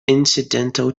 incidental